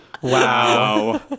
Wow